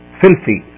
filthy